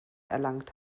erlangt